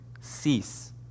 cease